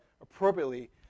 appropriately